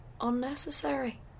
Unnecessary